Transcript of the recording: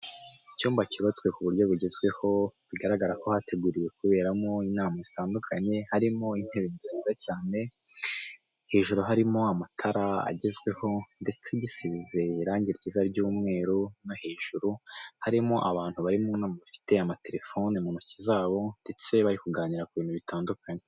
Icyumba cyubatswe ku buryo bugezweho bigaragara ko hateguriwe kuberamo inama zitandukanye, harimo intebe nziza cyane, hejuru harimo amatara agezweho ndetse gisize irangi ryiza ry'umweru no hejuru, harimo abantu bari mu nama bafite amatelefoni mu ntoki zabo ndetse bari kuganira ku bintu bitandukanye.